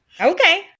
Okay